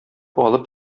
алып